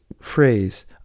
phrase